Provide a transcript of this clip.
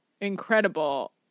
incredible